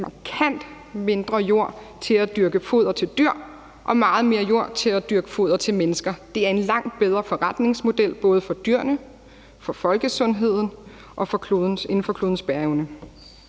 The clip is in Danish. markant mindre jord til at dyrke foder til dyr og meget mere jord til at dyrke foder til mennesker. Det er en langt bedre forretningsmodel, både for dyrene, for folkesundheden, for naturen og være inden for klodens bæreevne.